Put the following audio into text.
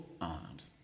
arms